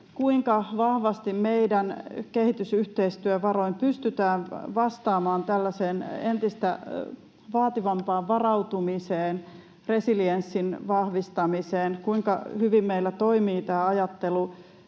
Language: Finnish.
kuinka vahvasti meidän kehitysyhteistyövaroin pystytään vastaamaan tällaiseen entistä vaativampaan varautumiseen, resilienssin vahvistamiseen. Kuinka hyvin meillä toimii tämä ajattelu